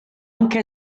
anche